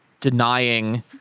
denying